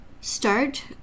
Start